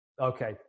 Okay